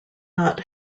not